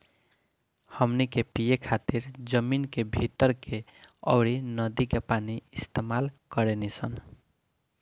हमनी के पिए खातिर जमीन के भीतर के अउर नदी के पानी इस्तमाल करेनी सन